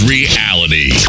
Reality